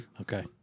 Okay